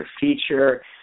feature